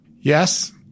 Yes